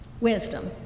Wisdom